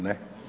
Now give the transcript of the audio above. Ne.